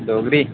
Dogri